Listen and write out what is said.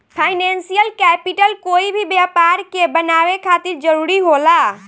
financial capital कोई भी व्यापार के बनावे खातिर जरूरी होला